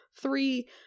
Three